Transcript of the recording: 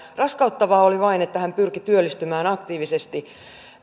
raskauttavaa oli vain että hän pyrki työllistymään aktiivisesti